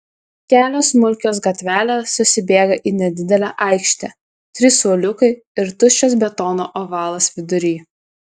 kelios smulkios gatvelės susibėga į nedidelę aikštę trys suoliukai ir tuščias betono ovalas vidury